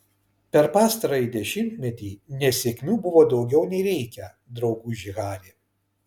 per pastarąjį dešimtmetį nesėkmių buvo daugiau nei reikia drauguži hari